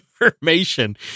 information